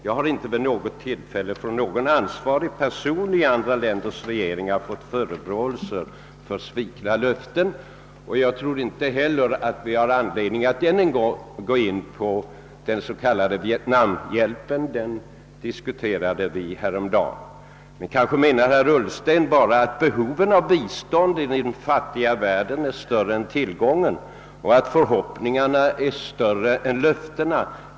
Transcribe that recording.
Jag har inte vid något tillfälle från personer i andra länders regeringar fått förebråelse för svikna löften. Det finns inte anledning att här ännu en gång gå in på den s.k. vietnamhjälpen — den diskuterade vi häromdagen. Kanske "menar herr Ullsten att behovet av bistånd i den fattiga världen är större än tillgångarna och att förhoppningarna sträcker sig längre än löftena.